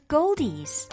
Goldies